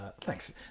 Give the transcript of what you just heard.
thanks